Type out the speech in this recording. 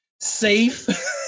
safe